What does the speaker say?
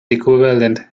equivalent